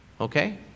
Okay